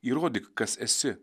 įrodyk kas esi